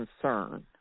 concern